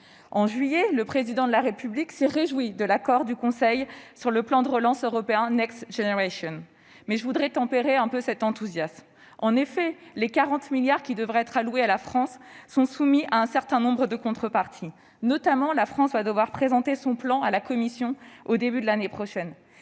En juillet, le Président de la République s'est réjoui de l'accord du Conseil sur le plan de relance européen, mais je voudrais tempérer quelque peu cet enthousiasme. En effet, les 40 milliards d'euros qui devraient être alloués à la France sont soumis à un certain nombre de contreparties. Notamment, la France va devoir présenter son plan à la Commission au début de l'année prochaine.